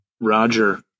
Roger